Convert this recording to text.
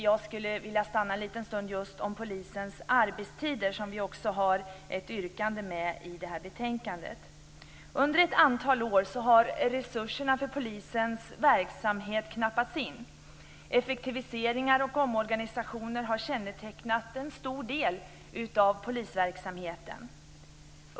Jag skulle vilja stanna en liten stund just vid polisens arbetstider, som vi också har ett yrkande om i det här betänkandet. Under ett antal år har resurserna för polisens verksamhet knappats in. Effektiviseringar och omorganisationer har kännetecknat en stor del av polisverksamheten.